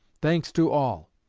thanks to all.